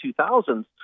2000s